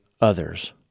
others